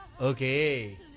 Okay